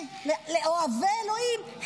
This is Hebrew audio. לאוהבי אלוהים,